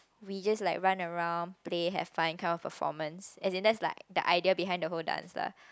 we just like ran around play have fun kind of performance and then that's like the idea behind the whole dance lah